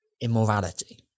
immorality